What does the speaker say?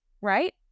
Right